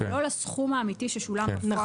ולא לסכום האמיתי ששולם --- הביטוח.